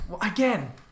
Again